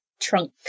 trunk